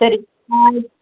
சரி நான் அது